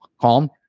Calm